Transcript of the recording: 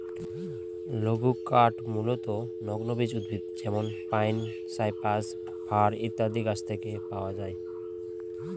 লঘুকাঠ মূলতঃ নগ্নবীজ উদ্ভিদ যেমন পাইন, সাইপ্রাস, ফার ইত্যাদি গাছের থেকে পাওয়া যায়